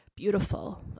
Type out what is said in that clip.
beautiful